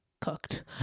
Cooked